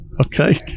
okay